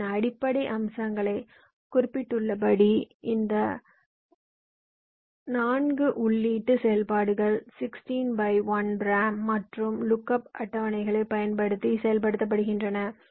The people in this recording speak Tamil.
பியின் அடிப்படை அம்சங்களை குறிப்பிட்டுள்ளபடி இந்த 4 உள்ளீட்டு செயல்பாடுகள் 16 by 1 ரேம் மற்றும் அட்டவணைகளைப் பயன்படுத்தி செயல்படுத்தப்படுகின்றன